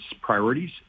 priorities